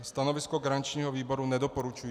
Stanovisko garančního výboru nedoporučující.